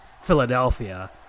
Philadelphia